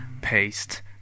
paste